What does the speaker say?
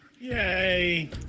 Yay